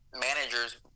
managers